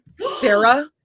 Sarah